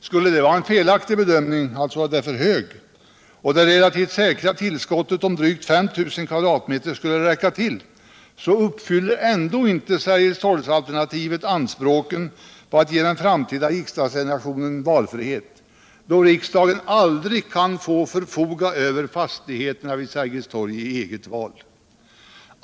Skulle det vara en felaktig bedömning genom att den är för hög och att det relativt säkra tillskottet om drygt 5000 kvm skulle räcka till, uppfyller ändå inte Sergelstorgsalternativet anspråken på att ge den framtida riksdagsgenerationen valfrihet, då riksdagen aldrig kan få förfoga över fastigheterna vid Sergels torg efter eget val.